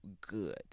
good